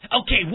Okay